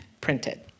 printed